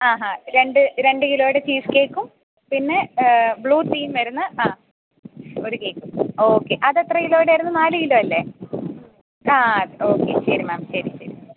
ആഹാ രണ്ട് രണ്ട് കിലോയുടെ ചീസ് കേക്കും പിന്നെ ബ്ലൂ തീം വരുന്ന അ ഒരു കേക്കും ഓക്കെ അത് എത്ര കിലോയുടേതായിരുന്നു നാല് കിലോ അല്ലേ ആ ഓക്കെ ശരി മാം ശരി ശരി